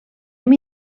amb